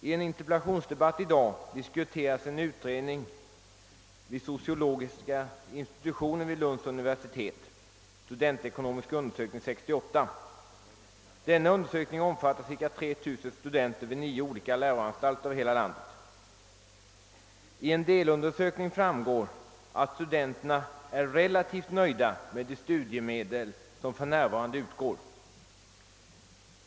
I en interpellationsdebatt i dag diskuterades en utredning vid sociologiska institutionen vid Lunds universitet, »Studentekonomisk undersökning 1968». Denna undersökning omfattar cirka 3 000 studenter vid nio olika läroanstalter över hela landet. Av en delundersökning framgår att studenterna är relativt nöjda med de studiemedel som för närvarande utgår.